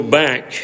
back